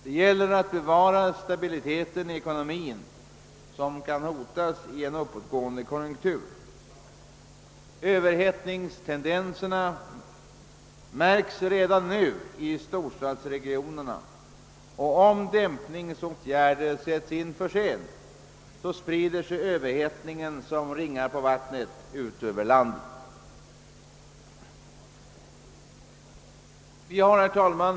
Det gäller att bevara stabiliteten i ekonomin, och den kan hotas i en uppåtgående konjunktur. Överhettningstendenser märks redan nu i storstadsregionerna och om dämpningsåtgärder sätts in för sent, sprider sig överhettningen som ringar på vattnet ut över landet. Herr talman!